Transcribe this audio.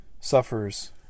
suffers